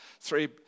three